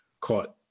caught